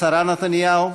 שרה נתניהו,